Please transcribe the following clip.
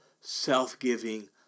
self-giving